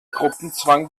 gruppenzwang